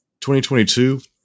2022